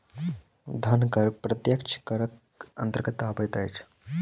धन कर प्रत्यक्ष करक अन्तर्गत अबैत अछि